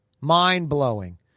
Mind-blowing